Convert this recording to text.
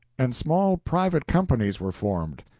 and small private companies were formed,